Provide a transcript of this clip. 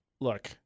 Look